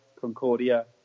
Concordia